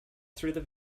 through